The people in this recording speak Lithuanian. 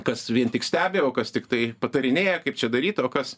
kas vien tik stebi o kas tiktai patarinėja kaip čia daryt o kas